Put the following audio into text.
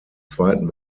zweiten